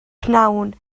pnawn